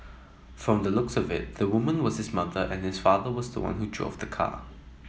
from the looks of it the woman was his mother and his father was the one who drove the car